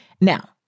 Now